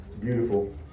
beautiful